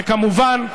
וכמובן,